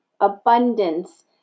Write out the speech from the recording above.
Abundance